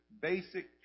basic